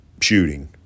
shooting